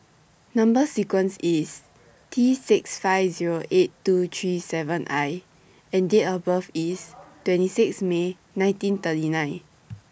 Number sequence IS T six five Zero eight two three seven I and Date of birth IS twenty six May nineteen thirty nine